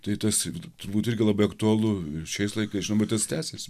tai tas turbūt irgi labai aktualu šiais laikais žinoma ir tas tęsiasi